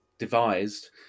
devised